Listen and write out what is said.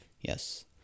Yes